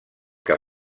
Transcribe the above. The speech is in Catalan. que